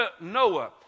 Noah